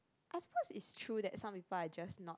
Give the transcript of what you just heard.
I suppose it's true that some people are just not